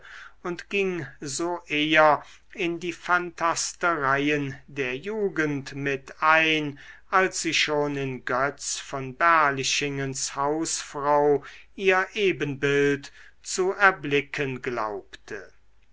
und ging so eher in die phantastereien der jugend mit ein als sie schon in götz von berlichingens hausfrau ihr ebenbild zu erblicken glaubte